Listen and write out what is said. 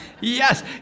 Yes